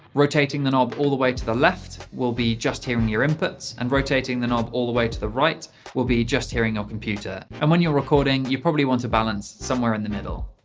rotating the knob all the way to the left will be just hearing your inputs, and rotating the knob all the way to the right will be just hearing your computer, and when you are recording you probably want a balance somewhere in the middle.